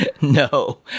No